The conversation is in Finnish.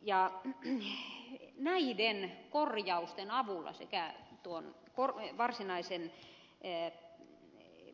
ja näiden korjausten avulla sekä tuon varsinaisen